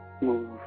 move